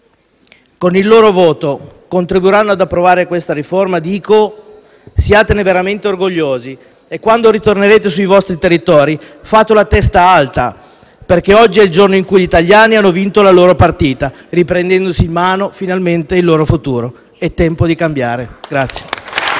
con il loro voto contribuiranno ad approvare questa riforma dico: siatene veramente orgogliosi e, quando ritornerete nei vostri territori, fatelo a testa alta, perché oggi è il giorno in cui gli italiani hanno vinto la loro partita, riprendendo finalmente in mano il loro futuro. È tempo di cambiare.